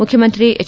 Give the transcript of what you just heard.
ಮುಖ್ಯಮಂತ್ರಿ ಹೆಚ್